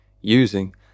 using